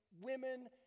women